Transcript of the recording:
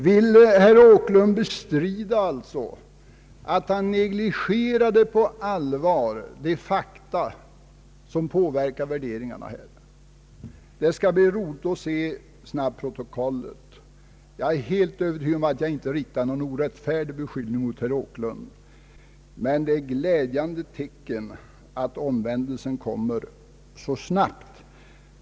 Vill herr Åkerlund be strida att han på allvar negligerade de fakta som påverkar värderingarna här? Det skall bli roligt att se snabbprotokollet. Jag är helt övertygad om att jag inte riktar någon orättfärdig beskyllning mot herr Åkerlund, men det är ett glädjande tecken att omvändelsen kommer så snabbt.